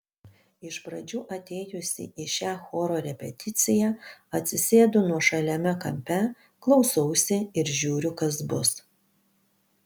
iš pradžių atėjusi į šią choro repeticiją atsisėdu nuošaliame kampe klausausi ir žiūriu kas bus